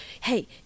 hey